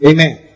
Amen